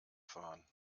fahren